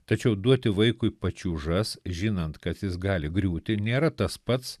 tačiau duoti vaikui pačiūžas žinant kad jis gali griūti nėra tas pats